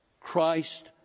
Christ